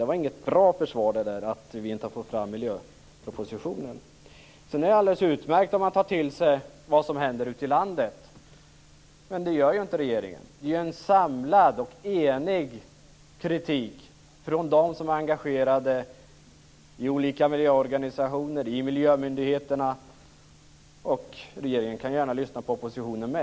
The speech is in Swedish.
Det var inget bra försvar för att man inte har fått fram miljöpropositionen. Det är alldeles utmärkt om man tar till sig vad som händer ute i landet. Men det gör ju inte regeringen. Det kommer en samlad och enig kritik från dem som är engagerade i olika miljöorganisationer och i miljömyndigheterna. Regeringen kan gärna lyssna på oppositionen också.